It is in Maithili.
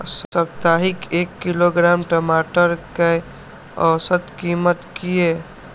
साप्ताहिक एक किलोग्राम टमाटर कै औसत कीमत किए?